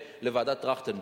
לוועדת-טרכטנברג.